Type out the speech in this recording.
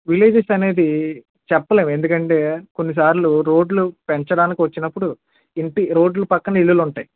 villages అనేది చెప్పలేం ఎందుకంటే కొన్నిసార్లు రోడ్లు పెంచడానికి వచ్చినప్పుడు ఇంటి రోడ్లు పక్కన ఇళ్ళులుంటయి